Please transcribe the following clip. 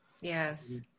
Yes